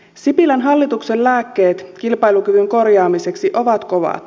sipilän hallituksen lääkkeet kilpailukyvyn korjaamiseksi ovat kovat